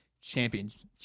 champions